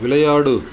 விளையாடு